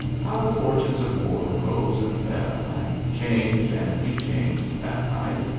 how the fortunes of war rose and fell, and changed and rechanged that night,